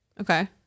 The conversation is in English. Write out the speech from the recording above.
Okay